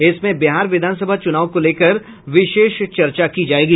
इसमें बिहार विधानसभा चुनाव को लेकर विशेष चर्चा की जायेगी